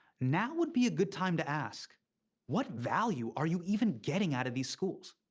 now would be a good time to ask what value are you even getting out of these schools?